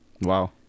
Wow